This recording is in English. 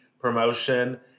promotion